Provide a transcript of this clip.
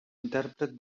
intèrpret